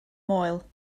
moel